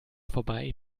vorbei